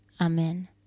Amen